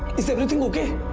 is everything okay?